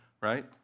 right